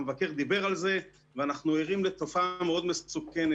המבקר דיבר על זה ואנחנו ערים לתופעה מאוד מסוכנת.